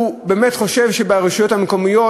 שהוא באמת חושב שהוא יכול להשפיע ברשויות המקומיות.